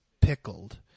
pickled